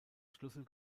schlüssel